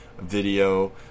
video